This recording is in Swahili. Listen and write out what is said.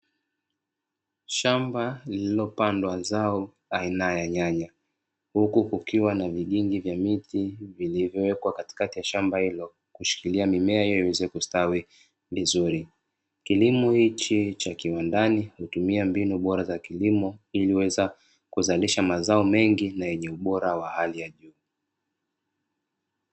Shamba lililopandwa zao aina ya nyanya. Huku kukiwa na vigingi vya miti, vilivyo wekwa katikati ya shamba hilo kushikilia mimea hiyo iweze kustawi vizuri. Kilimo hichi cha kiwandani, hutumia mbinu bora za kilimo, inayoweza kuzalisha mazao mengi na yenye ubora wa hali ya juu.